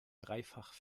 dreifach